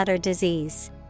disease